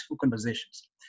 conversations